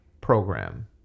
program